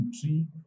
tree